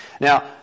Now